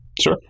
Sure